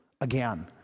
again